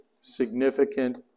significant